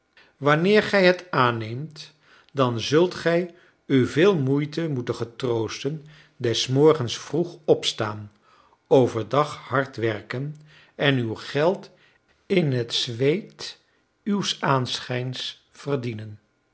wanneer gij het aanneemt dan zult gij u veel moeite moeten getroosten des morgens vroeg opstaan overdag hard werken en uw geld in het zweet uws aanschijns verdienen